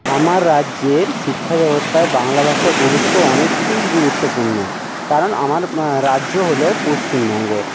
আমার রাজ্যের শিক্ষা ব্যবস্থায় বাংলা ভাষার গুরত্ব অনেকটাই গুরুত্বপূর্ণ কারণ আমার রাজ্য হল পশ্চিমবঙ্গ